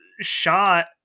shot